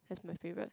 that's my favorite